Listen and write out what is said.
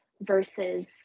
versus